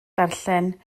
darllen